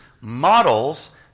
models